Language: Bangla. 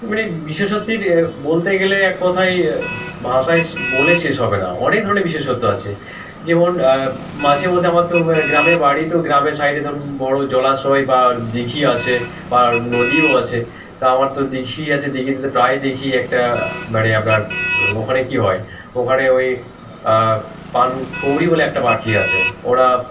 মানে বিশেষত্ব বলতে গেলে এক কথায় ভাষায় বলে শেষ হবে না অনেক ধরনের বিশেষত্ব আছে যেমন মাঝে মধ্যে আমার তো গ্রামের বাড়ি তো গ্রামের সাইডে ধরুন বড়ো জলাশয় বা দীঘি আছে বা নদীও আছে তা আমার তো দীঘি আছে দীঘিতে ত প্রায় দেখি একটা মানে আপনার ওখানে কী হয় ওখানে ওই পানকৌড়ি বলে একটা পাখি আছে ওরা